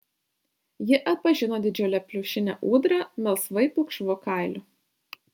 ji atpažino didžiulę pliušinę ūdrą melsvai pilkšvu kailiu